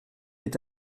est